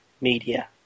media